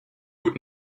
would